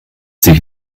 sich